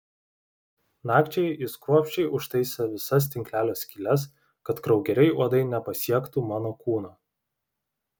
nakčiai jis kruopščiai užtaisė visas tinklelio skyles kad kraugeriai uodai nepasiektų mano kūno